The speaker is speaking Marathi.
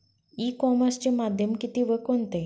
ई कॉमर्सचे माध्यम किती व कोणते?